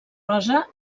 rosa